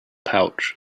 pouch